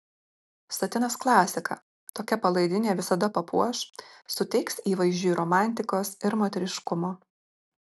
satinas klasika tokia palaidinė visada papuoš suteiks įvaizdžiui romantikos ir moteriškumo